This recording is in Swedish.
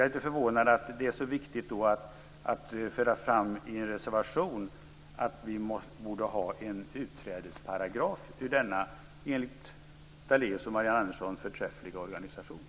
Då blir jag förvånad när jag får höra att det är så viktigt att i en reservation föra fram att vi borde ha en utträdesparagraf när det gäller denna enligt Lennart Daléus och Marianne Andersson förträffliga organisation.